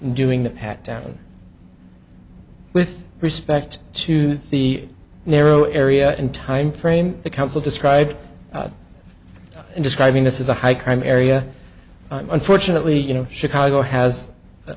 doing the pat down with respect to the narrow area and time frame the counsel described in describing this is a high crime area unfortunately you know chicago has a